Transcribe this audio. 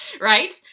right